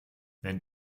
wenn